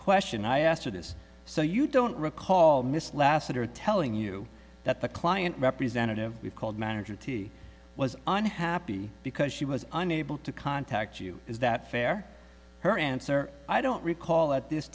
question i asked her this so you don't recall missed last letter telling you that the client representative we've called manager t was unhappy because she was unable to contact you is that fair her answer i don't recall at this